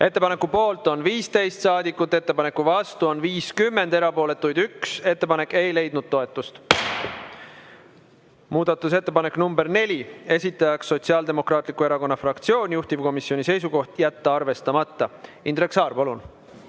Ettepaneku poolt on 15 saadikut, ettepaneku vastu 50, erapooletuid 1. Ettepanek ei leidnud toetust. Muudatusettepanek nr 4, esitaja Sotsiaaldemokraatliku Erakonna fraktsioon, juhtivkomisjoni seisukoht on jätta arvestamata. Indrek Saar, palun!